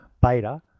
beta